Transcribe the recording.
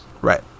Right